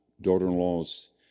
daughter-in-law's